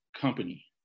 company